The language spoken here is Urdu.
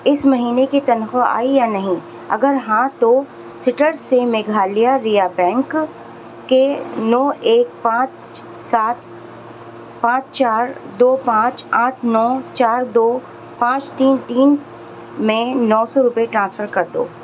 اس مہینے کی تنخواہ آئی یا نہیں اگر ہاں تو سٹرس سے میگھالیا ریا بینک کے نو ایک پانچ سات پانچ چار دو پانچ آٹھ نو چار دو پانچ تین تین میں نو سو روپئے ٹرانسفر کر دو